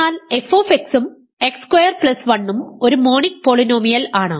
എന്നാൽ f ഉം x square plus 1 ഉം ഒരു മോണിക് പോളിനോമിയൽ ആണ്